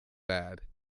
bad